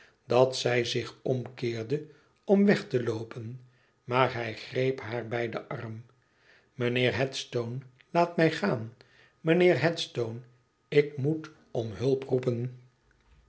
dat zij zich omkeerde om weg te loopen maar hij greep haar bij den arm mijnheer headstone laat mij gaan mijnheer headstone ik moet om hulp roepen